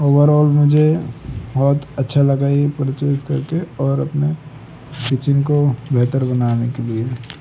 overall मुझे बहुत अच्छा लगा यह परचेज करके और अपने किचन को बेहतर बनाने के लिए